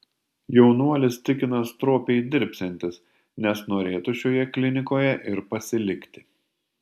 jaunuolis tikina stropiai dirbsiantis nes norėtų šioje klinikoje ir pasilikti